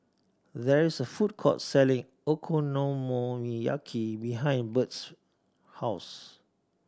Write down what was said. there is a food court selling Okonomiyaki behind Birt's house